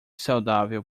saudável